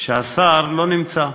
שהשר לא נמצא,